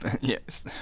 Yes